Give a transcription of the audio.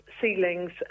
ceilings